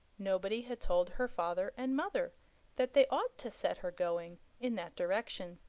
nobody had told her father and mother that they ought to set her going in that direction.